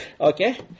Okay